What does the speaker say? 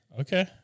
Okay